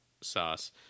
sauce